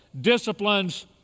Disciplines